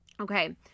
Okay